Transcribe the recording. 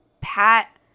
Pat